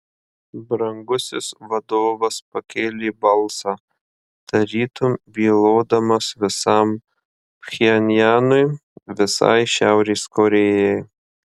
brangusis vadovas pakėlė balsą tarytum bylodamas visam pchenjanui visai šiaurės korėjai